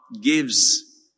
gives